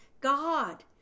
God